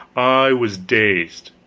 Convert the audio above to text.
i was dazed,